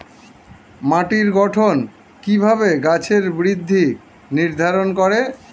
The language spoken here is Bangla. মাটির গঠন কিভাবে গাছের বৃদ্ধি নির্ধারণ করে?